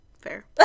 fair